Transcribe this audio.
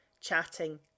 chatting